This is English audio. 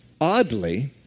Oddly